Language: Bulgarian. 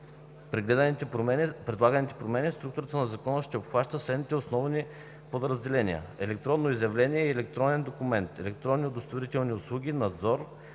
предлаганите промени структурата на Закона ще обхваща следните основни подразделения: електронно изявление и електронен документ, електронни удостоверителни услуги, надзор,